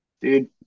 dude